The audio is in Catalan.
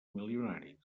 milionaris